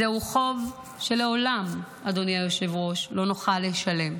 זהו חוב שלעולם, אדוני היושב-ראש, לא נוכל לשלם.